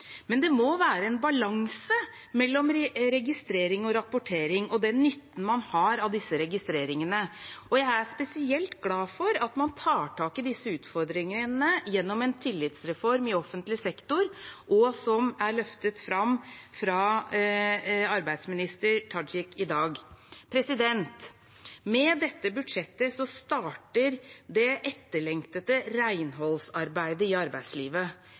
Det må være en balanse mellom registrering og rapportering og den nytten man har av disse registreringene, og jeg er spesielt glad for at man tar tak i disse utfordringene gjennom en tillitsreform i offentlig sektor, noe som er løftet fram av arbeidsminister Tajik i dag. Med dette budsjettet starter det etterlengtede renholdsarbeidet i arbeidslivet.